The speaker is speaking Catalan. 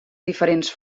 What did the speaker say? diferents